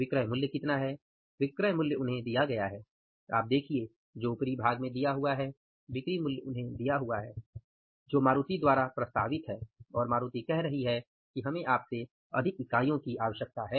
विक्रय मूल्य कितना है विक्रय मूल्य उन्हें दिया गया है आप देखिये जो ऊपरी भाग में दिया हुआ है विक्रय मूल्य उन्हें दिया हुआ है जो मारुति द्वारा प्रस्तावित है और मारुति कह रही है कि हमें आपसे अधिक इकाइयों की आवश्यकता है